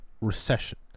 recession